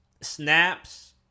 snaps